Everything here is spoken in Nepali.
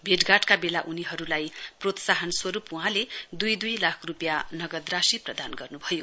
भेटघाटका वेला उनीहरुलाई प्रोत्साहन स्वरुप वहाँले दुई दुई लाख रुपियाँ नगद राशि प्रदान गर्नुभयो